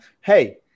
Hey